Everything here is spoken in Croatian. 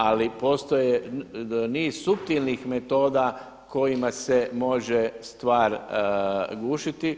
Ali postoji niz suptilnih metoda kojima se može stvar gušiti.